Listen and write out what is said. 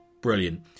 Brilliant